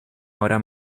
hora